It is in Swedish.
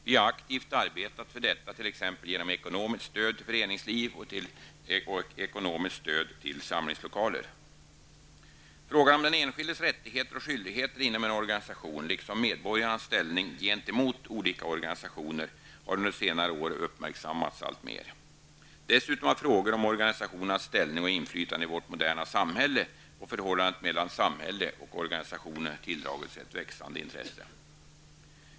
Vi har aktivt arbetat för detta bl.a. genom ekonomiskt stöd till föreningslivet och ekonomiskt stöd till samlingslokaler. Frågan om den enskildes rättigheter och skyldigheter inom en organisation, liksom medborgarnas ställning gentemot olika organisationer, har under senare år uppmärksammats alltmer. Dessutom har frågor om organisationernas ställning och inflytande i vårt moderna samhälle och förhållandet mellan samhälle och organisationer tilldragit sig ett växande intresse.